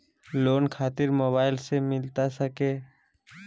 Loan खातिर mobile से मिलता सके?